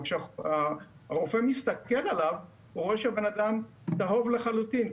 אבל כשהרופא מסתכל עליו הוא רואה שהאדם צהוב לחלוטין.